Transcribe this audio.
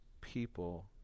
people